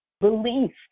Belief